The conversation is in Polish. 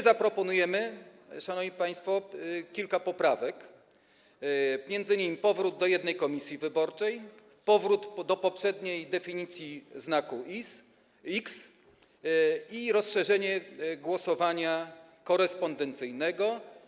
Zaproponujemy, szanowni państwo, kilka poprawek, m.in. powrót do jednej komisji wyborczej, powrót do poprzedniej definicji znaku „x” i rozszerzenie głosowania korespondencyjnego.